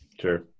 Sure